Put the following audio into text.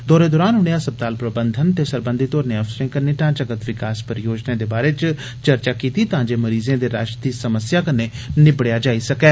दौरे दरान उनें अस्पताल प्रबंधन ते सरबंधित होरनें अफसरें कन्ने ढ़ांचागत विकास योजनाएं दे बारै च बी चर्चा कीती तां जे मरीजें दे रश दी समस्या कन्नै निबड़ेया जाई सकै